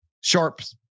Sharps